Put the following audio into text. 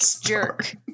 jerk